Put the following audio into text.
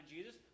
Jesus